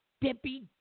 dippy